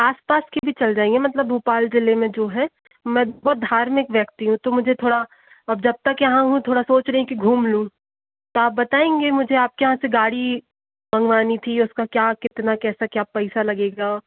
आस पास के भी चल जाएंगे मतलब भोपाल ज़िले में जो हैं मैं बहुत धार्मिक व्यक्ति हूँ तो मुझे थोड़ा अब जब तक यहाँ हूँ थोड़ा सोच रही कि घूम लूँ आप बताएंगे मुझे आप क्या से गाड़ी मँगवानी थी उसका क्या कितना कैसा क्या पैसा लगेगा